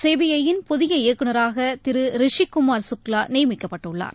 CBI யின் புதிய இயக்குனராக திரு ரிஷி குமார் சுக்லா நியமிக்கப்பட்டுள்ளார்